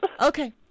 Okay